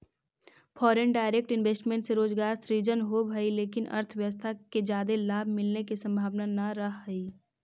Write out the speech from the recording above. foreign direct investment से रोजगार सृजन होवऽ हई लेकिन अर्थव्यवस्था के जादे लाभ मिलने के संभावना नह रहऽ हई